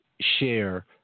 share